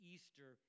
Easter